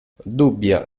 dubbia